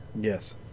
Yes